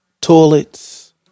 toilets